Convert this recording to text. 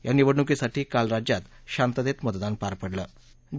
या निवडणुकीसाठी काल राज्यात शांततेत मतदार झालं होतं